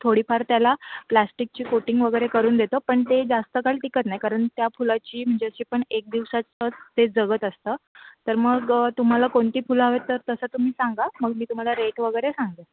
थोडीफार त्याला प्लॅस्टिकची कोटींग वगैरे करून देतो पण ते जास्त काळ टिकत नाही कारण त्या फुलाची म्हणजे अशी पण एक दिवसाचंच ते जगत असतं तर मग तुम्हाला कोणती फुलं हवे आहेत तर तसं तुम्ही सांगा मग मी तुम्हाला रेट वगैरे सांगेल